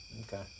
Okay